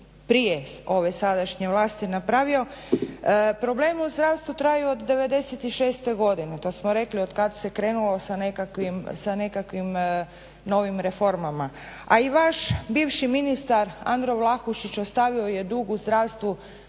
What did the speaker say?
prije ove sadašnje vlasti napravio, problemi u zdravstvu traju od '96. godine, to smo rekli, otkad se krenulo sa nekakvim novim reformama. A i vaš bivši ministar Andro Vlahušić ostavio je dug u zdravstvu